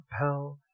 compelled